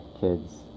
kids